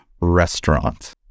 restaurant